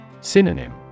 Synonym